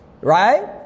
Right